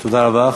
תודה רבה.